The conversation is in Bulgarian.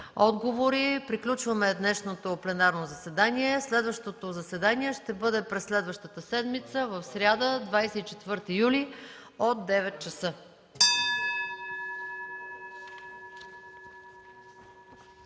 отговори. Приключваме днешното пленарно заседание. Следващото заседание ще бъде през следващата седмица в сряда – 24 юли, от 9,00 ч.